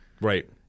Right